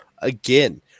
Again